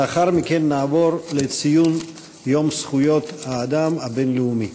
לאחר מכן נעבור לציון יום זכויות האדם הבין-לאומי.